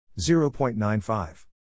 0.95